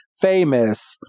famous